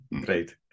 Great